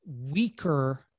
weaker